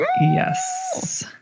Yes